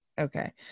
Okay